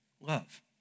Love